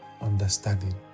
understanding